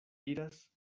iras